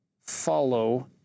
follow